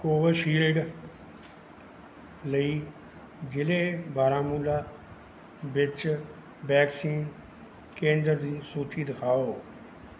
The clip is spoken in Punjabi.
ਕੋਵਿਸ਼ਿਲਡ ਲਈ ਜ਼ਿਲ੍ਹੇ ਬਾਰਾਮੂਲਾ ਵਿੱਚ ਵੈਕਸੀਨ ਕੇਂਦਰ ਦੀ ਸੂਚੀ ਦਿਖਾਓ